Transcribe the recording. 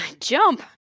jump